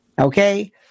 Okay